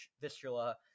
Vistula